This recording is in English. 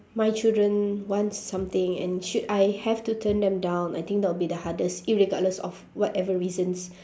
my children want something and should I have to turn them down I think that will be the hardest irregardless of whatever reasons